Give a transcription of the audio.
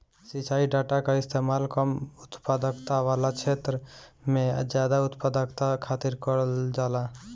सिंचाई डाटा कअ इस्तेमाल कम उत्पादकता वाला छेत्र में जादा उत्पादकता खातिर करल जाला